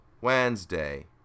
Wednesday